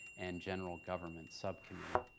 and general government subcommittee.